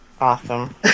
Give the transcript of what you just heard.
Awesome